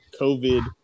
COVID